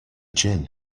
gin